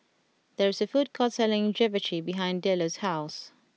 there is a food court selling Japchae behind Delos' house